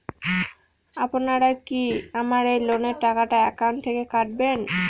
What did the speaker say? আপনারা কি আমার এই লোনের টাকাটা একাউন্ট থেকে কাটবেন?